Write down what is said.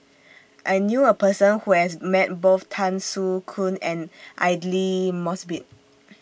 I knew A Person Who has Met Both Tan Soo Khoon and Aidli Mosbit